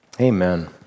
amen